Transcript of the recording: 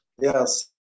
Yes